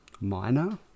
minor